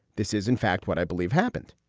this is in fact what i believe happened.